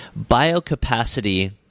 Biocapacity